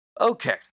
Okay